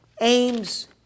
aims